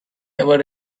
ever